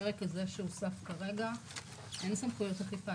בפרק הזה שהוסף כרגע אין סמכויות אכיפה,